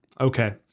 Okay